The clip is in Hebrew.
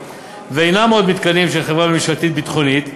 ואינם עוד מתקנים של חברה ממשלתית ביטחונית,